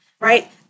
Right